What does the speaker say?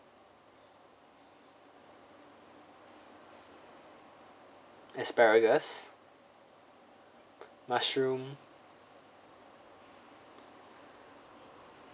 asparagus mushroom